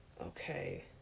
Okay